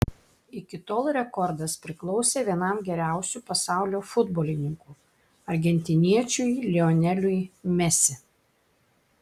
iki tol rekordas priklausė vienam geriausių pasaulio futbolininkų argentiniečiui lioneliui mesi